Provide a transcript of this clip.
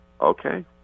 Okay